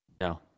No